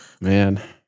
Man